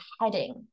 heading